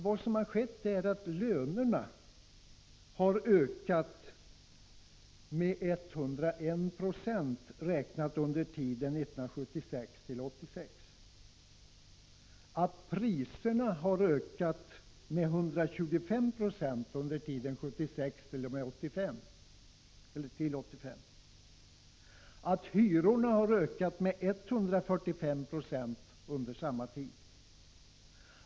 Ja, det som har skett är att lönerna har ökat med 101 26 under åren 1976-1986, att priserna har ökat med 125 96 under åren 1976-1985 och att hyrorna har ökat med 145 96 under samma tid.